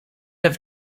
have